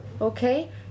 Okay